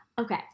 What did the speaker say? Okay